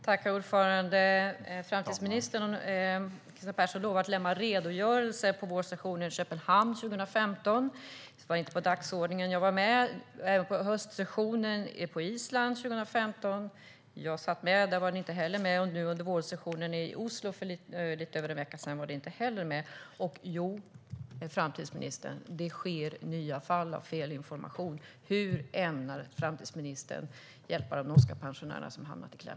Herr talman! Framtidsminister Kristina Persson lovade att lämna en redogörelse på vårsessionen i Köpenhamn 2015. Det var inte på dagordningen. Jag satt med även på höstsessionen på Island 2015, och då var den inte heller med. Nu under vårsessionen i Oslo för lite över en vecka sedan var den inte heller med. Jo, framtidsministern, det förekommer nya fall av felinformation. Hur ämnar framtidsministern hjälpa de norska pensionärer som hamnat i kläm?